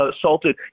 assaulted